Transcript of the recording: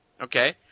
Okay